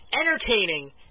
entertaining